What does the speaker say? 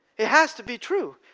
it has to be true.